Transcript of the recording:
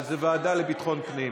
אז זו הוועדה לביטחון הפנים,